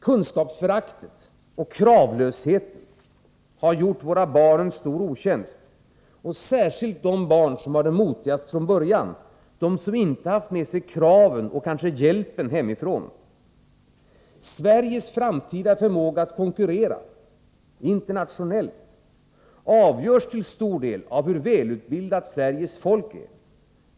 Kunskapsföraktet och kravlösheten har gjort våra barn en stor otjänst, särskilt de barn som har det motigast redan från början, de som inte har haft med sig kraven och kanske hjälpen hemifrån. Sveriges framtida förmåga att konkurrera internationellt avgörs till stor del av hur välutbildat Sveriges folk är.